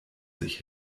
sich